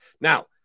Now